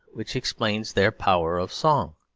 which explains their power of song.